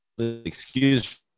excuse